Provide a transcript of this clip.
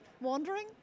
wandering